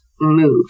Move